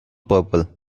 purple